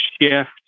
shift